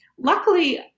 Luckily